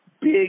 big